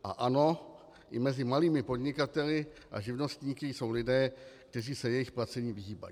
A ano, i mezi malými podnikateli a živnostníky jsou lidé, kteří se jejich placení vyhýbají.